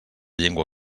llengua